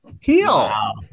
heal